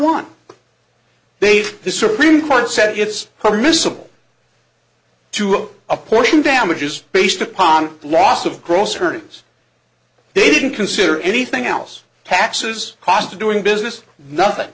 want they've the supreme court said it's her miscible to apportion damages based upon loss of gross earnings they didn't consider anything else taxes cost of doing business nothing